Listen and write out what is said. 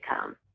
come